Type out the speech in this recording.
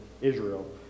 Israel